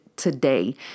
today